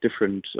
different